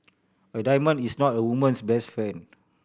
a diamond is not a woman's best friend